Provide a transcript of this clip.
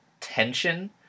tension